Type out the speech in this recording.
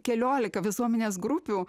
keliolika visuomenės grupių